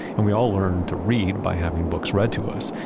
and we all learned to read by having books read to us.